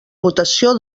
votació